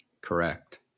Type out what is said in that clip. Correct